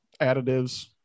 additives